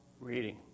reading